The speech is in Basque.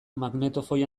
magnetofoi